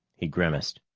he grimaced.